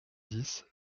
dix